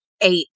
eight